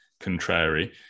contrary